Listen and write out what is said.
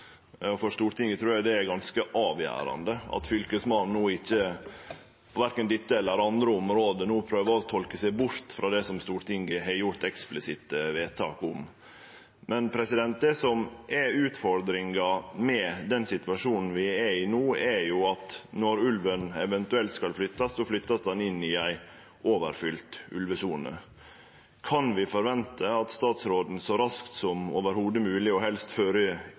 For Stortinget trur eg det er ganske avgjerande at ikkje fylkesmannen, verken på dette eller andre område, no prøvar å tolke seg bort frå det som Stortinget eksplisitt har gjort vedtak om. Men det som er utfordrande med den situasjonen vi er i no, er at når ulven eventuelt skal flyttast, vert han flytta inn i ei overfylt ulvesone. Kan vi forvente at statsråden så raskt som i det heile mogleg, og helst